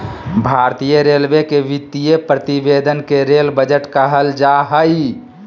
भारतीय रेलवे के वित्तीय प्रतिवेदन के रेल बजट कहल जा हइ